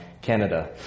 Canada